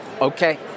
Okay